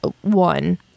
one